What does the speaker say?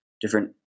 different